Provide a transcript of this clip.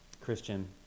Christian